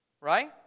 right